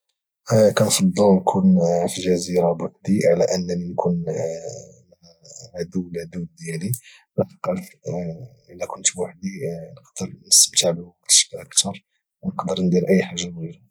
كنفضل نكون في الجزيره بوحدي على انني نكون مع عدو لدود ديالي لحقاش الا كنت بوحدي نقدر نستمتع بالوقت اكثر ونقدر ندير اي حاجه بغيتها